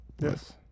yes